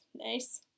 Nice